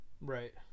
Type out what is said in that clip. Right